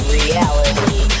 reality